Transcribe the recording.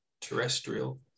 terrestrial